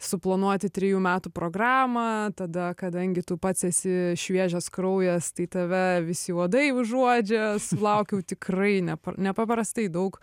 suplanuoti trijų metų programą tada kadangi tu pats esi šviežias kraujas tai tave visi uodai užuodžia sulaukiau tikrai ne nepaprastai daug